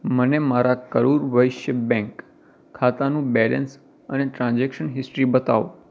મને મારા કરુર વૈશ્ય બૅંક ખાતાનું બૅલૅન્સ અને ટ્રાન્ઝૅક્શન હિસ્ટ્રી બતાવો